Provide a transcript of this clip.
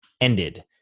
ended